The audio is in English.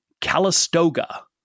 Calistoga